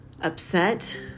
upset